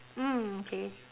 mm K